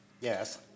Yes